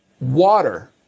water